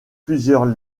plusieurs